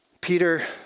Peter